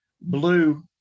blue